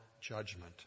judgment